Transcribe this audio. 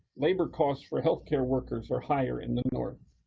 labor costs for health care workers are higher in the north.